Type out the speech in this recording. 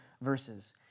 verses